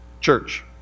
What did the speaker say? church